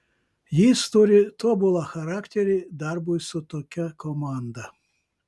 jis turi tobulą charakterį darbui su tokia komanda